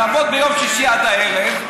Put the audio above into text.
יעבוד ביום שישי עד הערב,